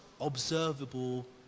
observable